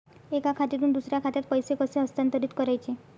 एका खात्यातून दुसऱ्या खात्यात पैसे कसे हस्तांतरित करायचे